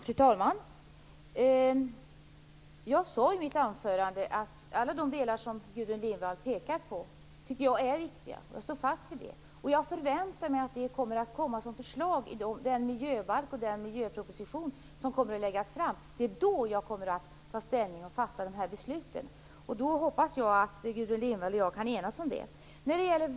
Fru talman! Som jag sade i mitt anförande tycker jag att alla de delar som Gudrun Lindvall pekar på är viktiga, och jag står fast vid det. Jag förväntar mig att det kommer förslag i den miljöproposition som kommer att läggas fram. Det är då jag kommer att ta ställning, det är då vi fattar besluten. Då hoppas jag att Gudrun Lindvall och jag kan enas om dem.